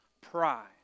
pride